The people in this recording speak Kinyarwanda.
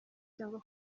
cyangwa